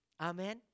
Amen